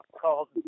Called